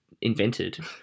invented